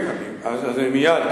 מייד.